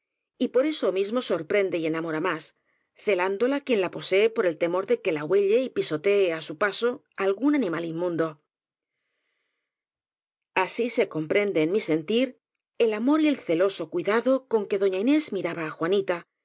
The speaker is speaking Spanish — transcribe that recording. y por eso mismo sorprende y enamora más celándola quien la posee por el temor de que la huelle y pisotee á su paso algún animal in mundo así se comprende en mi sentir el amor y el ce loso cuidado con que doña inés miraba á juanita